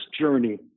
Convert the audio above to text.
journey